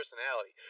personality